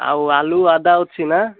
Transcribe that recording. ଆଉ ଆଲୁ ଅଦା ଅଛି ନା